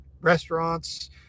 restaurants